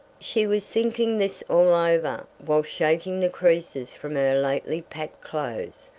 she was thinking this all over, while shaking the creases from her lately-packed clothes,